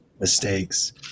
mistakes